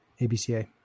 ABCA